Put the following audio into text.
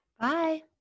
Bye